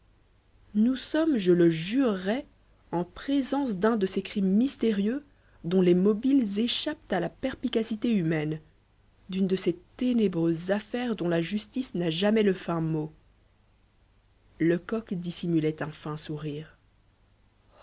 nous sommes je le jurerais en présence d'un de ces crimes mystérieux dont les mobiles échappent à la perspicacité humaine d'une de ces ténébreuses affaires dont la justice n'a jamais le fin mot lecoq dissimulait un fin sourire